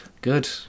Good